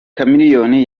chameleone